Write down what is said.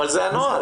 אבל זה הנוהל.